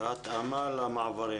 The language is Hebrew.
התאמה למעברים.